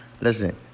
Listen